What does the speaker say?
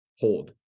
Hold